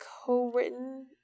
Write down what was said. co-written